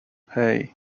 hey